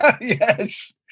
Yes